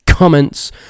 comments